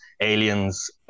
aliens